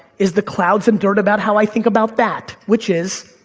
is the clouds and dirt about how i think about that. which is,